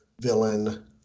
villain